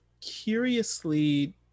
curiously